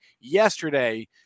yesterday